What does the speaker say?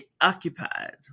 occupied